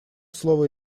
слово